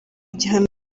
igihano